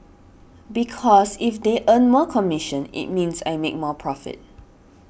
because if they earn more commission it means I make more profit